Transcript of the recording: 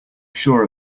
sure